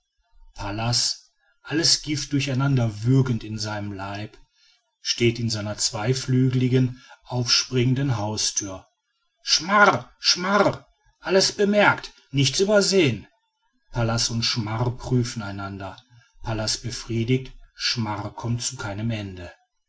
pallas alles gift durcheinander würgend in seinem leib steht in seiner zweiflügelig aufspringenden haustür schmar schmar alles bemerkt nichts übersehen pallas und schmar prüfen einander pallas befriedigt's schmar kommt zu keinem ende